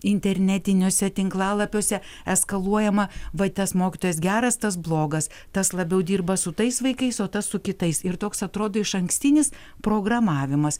internetiniuose tinklalapiuose eskaluojama va tas mokytojas geras tas blogas tas labiau dirba su tais vaikais o tas su kitais ir toks atrodo išankstinis programavimas